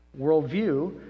worldview